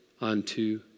unto